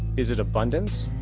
is it abundance?